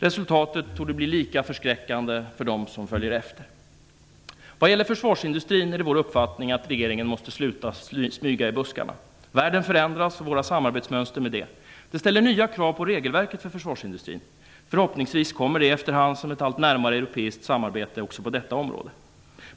Resultatet torde bli lika förskräckande för de som följer efter. När det gäller försvarsindustrin är det vår uppfattning att regeringen måste sluta smyga i buskarna. Världen förändras och våra samarbetsmönster med den. Detta ställer nya krav på regelverket för försvarsindustrin. Förhoppningsvis kommer det efter hand ett allt närmare europeiskt samarbete också på detta område.